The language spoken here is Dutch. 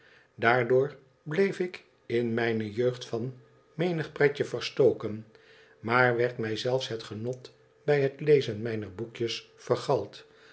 daardoor bleef ik in mijne jeugd van menig pretje verstoken maar werd mij zelfs het genot bij het lezen mijner boekjes vergald